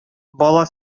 бала